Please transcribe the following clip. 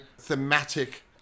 thematic